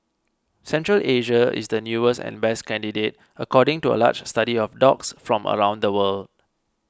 Central Asia is the newest and best candidate according to a large study of dogs from around the world